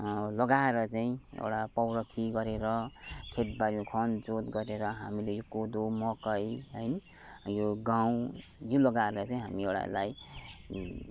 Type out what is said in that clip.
लगाएर चाहिँ एउटा पौरखी गरेर खेतबारी खनजोत गरेर हामीले यो कोदो मकै है यो गहुँ यो लगाएर चाहिँ हामी एउटालाई